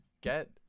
get